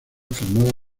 formada